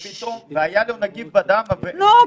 והיה לו נגיף בדם --- נו,